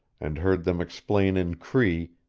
and heard them explain in cree,